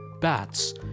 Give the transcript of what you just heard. bats